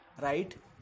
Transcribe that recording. Right